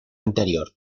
anterior